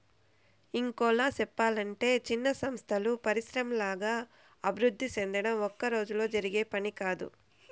ఇంకోలా సెప్పలంటే చిన్న సంస్థలు పరిశ్రమల్లాగా అభివృద్ధి సెందడం ఒక్కరోజులో జరిగే పని కాదు